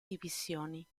divisioni